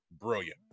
brilliant